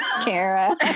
Kara